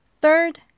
third